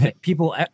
People